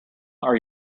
are